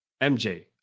MJ